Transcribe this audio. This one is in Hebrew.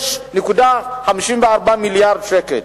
6.54 מיליארד שקל.